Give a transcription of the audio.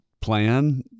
plan